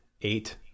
eight